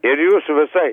ir jūsų visai